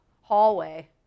hallway